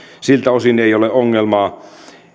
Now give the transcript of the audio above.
siltä osin ei ole ongelmaa